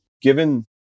Given